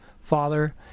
father